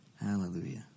Hallelujah